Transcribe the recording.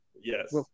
yes